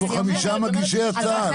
יש פה חמישה מגישי הצעה, לא אחת.